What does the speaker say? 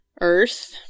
Earth